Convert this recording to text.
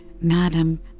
madam